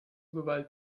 gewalt